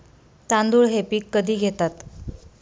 तांदूळ हे पीक कधी घेतात?